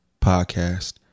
podcast